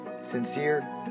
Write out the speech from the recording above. Sincere